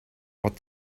what